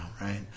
right